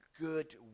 good